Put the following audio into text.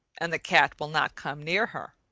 and the cat will not come near her.